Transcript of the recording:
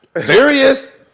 Serious